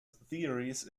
theories